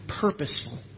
purposeful